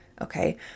Okay